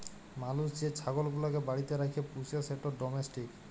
মালুস যে ছাগল গুলাকে বাড়িতে রাখ্যে পুষে সেট ডোমেস্টিক